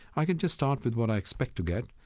i can just start with what i expect to get.